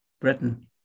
Britain